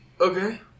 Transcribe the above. Okay